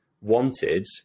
wanted